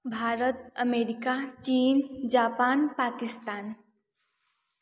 Bharat America चीन Japan Pakistan